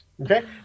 Okay